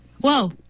Whoa